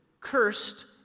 Cursed